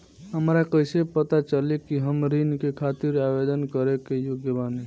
हमरा कइसे पता चली कि हम ऋण के खातिर आवेदन करे के योग्य बानी?